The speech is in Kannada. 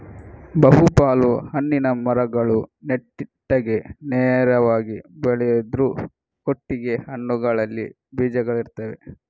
ಬಹು ಪಾಲು ಹಣ್ಣಿನ ಮರಗಳು ನೆಟ್ಟಗೆ ನೇರವಾಗಿ ಬೆಳೆಯುದ್ರ ಒಟ್ಟಿಗೆ ಹಣ್ಣುಗಳಲ್ಲಿ ಬೀಜಗಳಿರ್ತವೆ